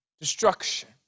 Destruction